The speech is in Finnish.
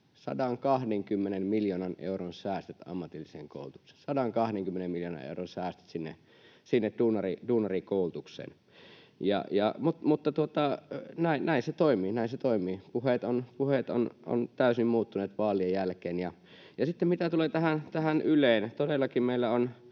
120 miljoonan euron säästöt ammatilliseen koulutukseen — 120 miljoonan euron säästöt sinne duunarikoulutuksen, mutta näin se toimii, näin se toimii. Puheet ovat täysin muuttuneet vaalien jälkeen, ja sitten mitä tulee tähän Yleen, niin todellakin meillä on